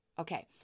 Okay